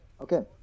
Okay